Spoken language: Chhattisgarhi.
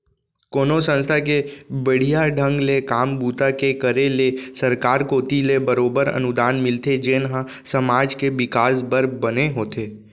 कोनो संस्था के बड़िहा ढंग ले काम बूता के करे ले सरकार कोती ले बरोबर अनुदान मिलथे जेन ह समाज के बिकास बर बने होथे